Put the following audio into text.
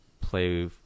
play